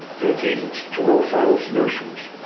lead to no final solutions.